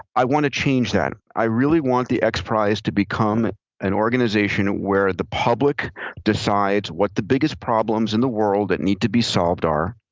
i want to change that. i really want the xprize to become an organization where the public decides what the biggest problems in the world that need to be solved are,